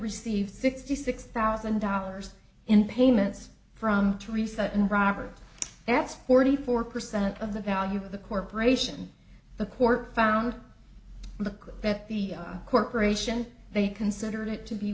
received sixty six thousand dollars in payments from theresa and robert that's forty four percent of the value of the corporation the court found look at the corporation they considered it to be